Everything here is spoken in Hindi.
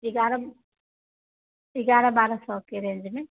ग्यारह ग्यारह बारा सौ की रेंज में